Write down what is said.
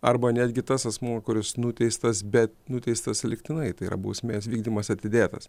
arba netgi tas asmuo kuris nuteistas bet nuteistas lygtinai tai yra bausmės vykdymas atidėtas